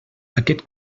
aquest